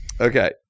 Okay